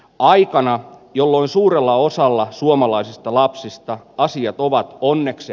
aikana jolloin suurella osalla suomalaisista lapsista asiat ovat onneksi